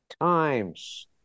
times